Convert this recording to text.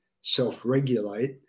self-regulate